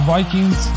Vikings